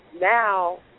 now